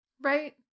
Right